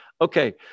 Okay